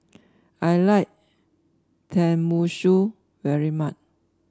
I like Tenmusu very much